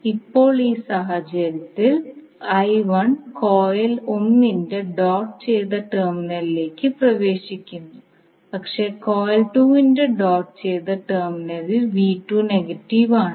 ഇപ്പോൾ ഈ സാഹചര്യത്തിൽ കോയിൽ 1 ന്റെ ഡോട്ട് ചെയ്ത ടെർമിനലിലേക്ക് പ്രവേശിക്കുന്നു പക്ഷേ കോയിൽ 2 ന്റെ ഡോട്ട് ചെയ്ത ടെർമിനലിൽ നെഗറ്റീവ് ആണ്